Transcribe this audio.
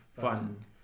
Fun